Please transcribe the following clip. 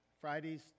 Fridays